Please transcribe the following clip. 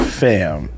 fam